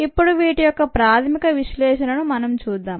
ఇప్పడు వీటి యొక్క ప్రాథమిక విశ్లేషణను మనం చూద్దాం